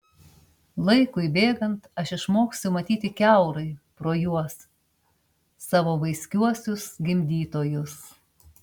laikui bėgant aš išmoksiu matyti kiaurai pro juos savo vaiskiuosius gimdytojus